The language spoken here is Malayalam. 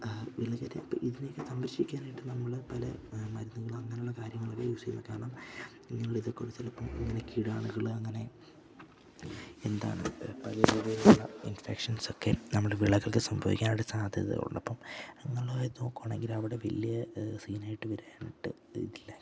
വിളകളെ ഇതിനെയൊക്കെ സംരക്ഷിക്കാനായിട്ട് നമ്മൾ പല മരുന്നുകൾ അങ്ങനെയുള്ള കാര്യങ്ങളൊക്കെ യൂസ് ചെയ്യുന്നു കാരണം ഇങ്ങനെയുള്ള ഇതൊക്കെ ചിലപ്പം ഇങ്ങനെ കീടാണുക്കൾ അങ്ങനെ എന്താണ് പല രീതിയിലുള്ള ഇൻഫെക്ഷൻസ് ഒക്കെ നമ്മുടെ വിളകൾക്ക് സംഭവിക്കാനുള്ള സാധ്യത ഉള്ളപ്പം അങ്ങനെ നോക്കുകയാണെങ്കിൽ അവിടെ വലിയ സീൻ ആയിട്ട് വരാനായിട്ട് ഇല്ല